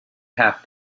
have